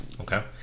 Okay